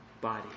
body